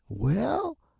well,